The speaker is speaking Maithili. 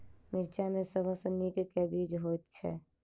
मिर्चा मे सबसँ नीक केँ बीज होइत छै?